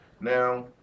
Now